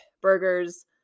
burgers